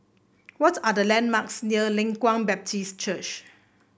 what are the landmarks near Leng Kwang Baptist Church